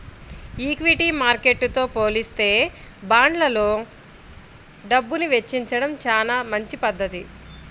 equity మార్కెట్టుతో పోలిత్తే బాండ్లల్లో డబ్బుని వెచ్చించడం చానా మంచి పధ్ధతి